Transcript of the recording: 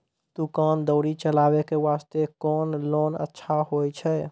दुकान दौरी चलाबे के बास्ते कुन लोन अच्छा होय छै?